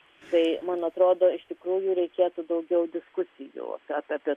tai man atrodo iš tikrųjų reikėtų daugiau diskusijų apie